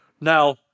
Now